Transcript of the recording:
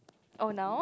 oh now